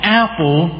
apple